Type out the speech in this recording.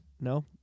No